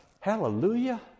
hallelujah